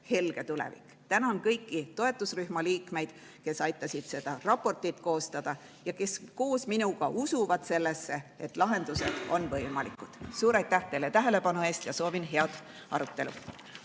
helge tulevik. Tänan kõiki toetusrühma liikmeid, kes aitasid seda raportit koostada ja kes koos minuga usuvad sellesse, et lahendused on võimalikud. Suur aitäh teile tähelepanu eest ja soovin head arutelu!